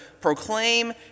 proclaim